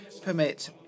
permit